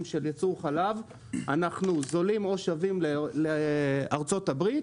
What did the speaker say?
של ייצור חלב אנחנו זולים או שווים לארצות הברית,